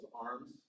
arms